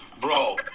Bro